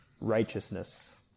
righteousness